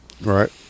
Right